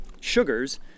sugars